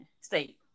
State